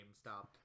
GameStop